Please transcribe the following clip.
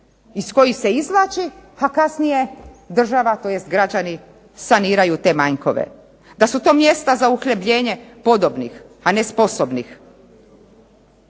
iz kojih se izvlači a kasnije država tj. građani saniraju te manjkove. Da su to mjesta za uhljebljene podobnih a ne sposobnih.